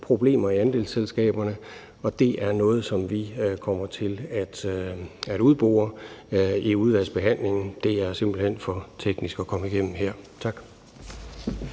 problemer i andelsselskaberne, og det er noget, som vi kommer til at udbore i udvalgsbehandlingen. Det er det simpelt hen for teknisk til at man kan komme igennem her. Tak.